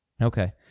Okay